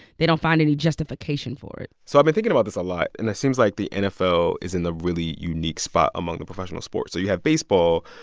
they don't find any justification for it so i've been thinking about this a lot. and it seems like the nfl is in a really unique spot among the professional sports. so you have baseball,